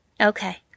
Okay